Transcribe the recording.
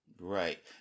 Right